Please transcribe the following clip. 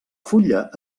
fulla